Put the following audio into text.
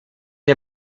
der